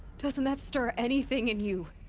doesn't that stir anything in you.